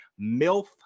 MILF